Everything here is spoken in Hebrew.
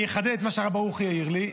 אני אחדד את מה שהרב ברוכי העיר לי עליו,